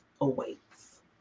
awaits